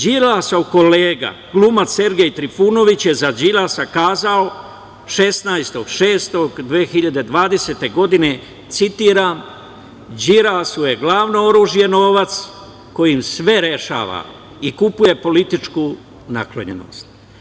Đilasov kolega, glumac Sergej Trifunović je za Đilasa kazao 16.6.2020. godine, citiram – Đilasu je glavno oružje novac kojim sve rešava i kupuje političku naklonjenost.